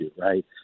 right